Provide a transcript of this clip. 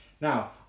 Now